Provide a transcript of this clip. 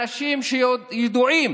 אנשים שידועים